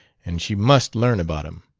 and she must learn about him.